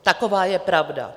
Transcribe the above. Taková je pravda.